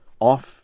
off